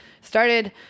started